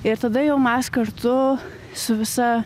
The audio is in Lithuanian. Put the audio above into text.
ir tada jau mes kartu su visa